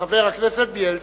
חבר הכנסת בילסקי.